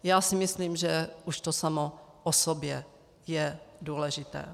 Já si myslím, že už to samo o sobě je důležité.